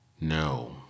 no